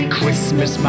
Christmas